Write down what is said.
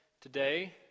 today